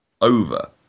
over